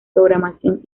programación